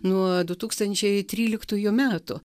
nuo du tūkstančiai tryliktųjų metų